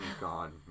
God